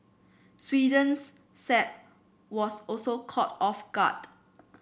Sweden's Saab was also caught off guard